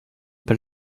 pas